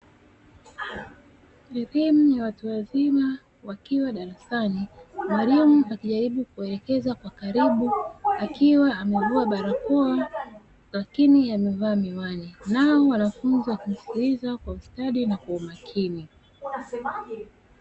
Elimu ya watu wazima wakiwa darasa na mwalimu akijaribu kuwa elekeza kwa karibu akiwa amevua barakoa, lakini amevaa miwani nao wanafunzi wakimsikiliza kwa ustadi na kwa umakini.